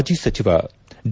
ಮಾಜಿ ಸಚಿವ ಡಿ